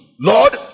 Lord